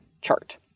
chart